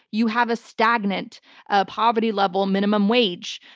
you have a stagnant ah poverty-level minimum wage.